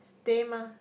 stay mah